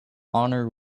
honor